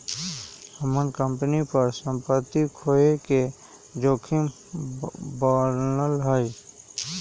हम्मर कंपनी पर सम्पत्ति खोये के जोखिम बनल हई